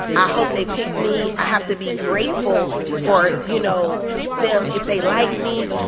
i hope they pick me i have to be grateful for, you know, them if they like me.